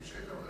בבקשה.